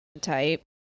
type